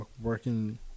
working